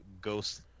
ghost